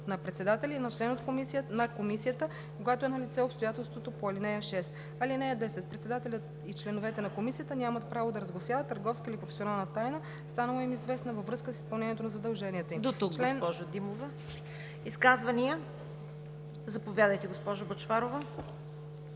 на председателя или на член на комисията, когато е налице обстоятелство по ал. 6. (10) Председателят и членовете на комисията нямат право да разгласяват търговска или професионална тайна, станала им известна във връзка с изпълнението на задълженията им.“ ПРЕДСЕДАТЕЛ ЦВЕТА КАРАЯНЧЕВА: Дотук, госпожо Димова. Изказвания? Заповядайте, госпожо Бъчварова.